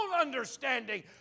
understanding